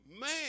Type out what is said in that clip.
man